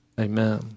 Amen